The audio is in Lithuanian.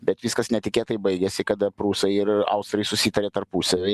bet viskas netikėtai baigėsi kada prūsai ir austrai susitarė tarpusavy